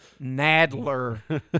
Nadler